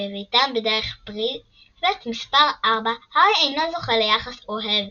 בביתם בדרך פריווט מספר 4. הארי אינו זוכה ליחס אוהב